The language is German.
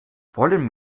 wollen